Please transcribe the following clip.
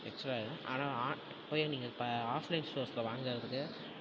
extra இதெலாம் ஆனால் ஆன் இப்போ நீங்கள் இப்போ ஆஃப்லைன் சோர்ஸில் வாங்கறதுக்கு